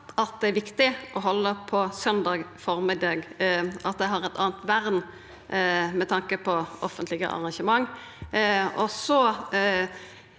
det er viktig å halda på at søndag formiddag har eit anna vern med tanke på offentlege arrangement.